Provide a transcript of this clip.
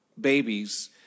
babies